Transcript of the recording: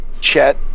Chet